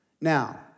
Now